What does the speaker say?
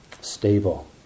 stable